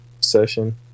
session